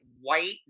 white